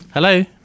hello